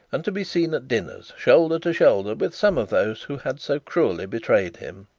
and to be seen at dinners, shoulder to shoulder with some of those who had so cruelly betrayed him.